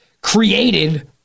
created